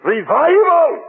Revival